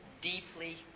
deeply